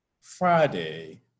Friday